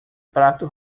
prato